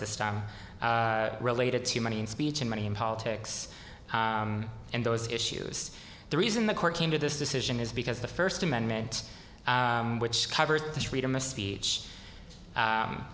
system related to money and speech and money and politics and those issues the reason the court came to this decision is because the first amendment which covers the freedom of speech